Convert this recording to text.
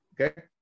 okay